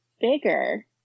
bigger